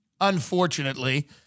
Unfortunately